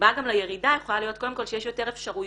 הסיבה גם לירידה יכולה להיות קודם כל שיש אפשרויות